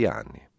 anni